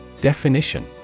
Definition